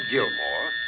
Gilmore